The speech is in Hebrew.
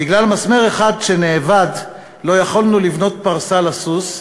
"בגלל מסמר אחד שאבד לא יכולנו לבנות פרסה לסוס,